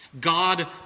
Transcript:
God